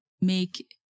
make